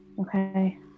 Okay